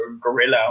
gorilla